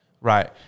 Right